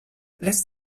lässt